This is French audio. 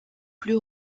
plus